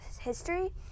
history